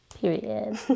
Period